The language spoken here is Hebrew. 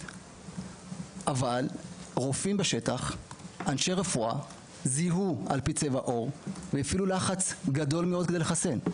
אבל רופאים בשטח זיהו על פי צבע עור והפעילו לחץ גדול מאוד כדי לחסן.